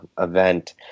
event